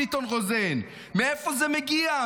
מאיפה זה מגיע?